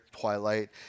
twilight